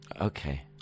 Okay